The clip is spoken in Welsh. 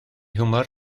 hiwmor